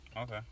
Okay